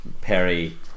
Perry